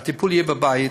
הטיפול יהיה בבית,